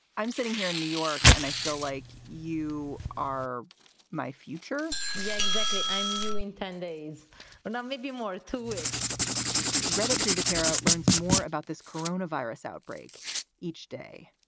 i'm sitting here in new york and i feel like you are my future yeah, exactly. i'm you in ten days now, maybe more. two weeks gretar privateer out learns more about this corona virus outbreak each day,